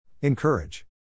Encourage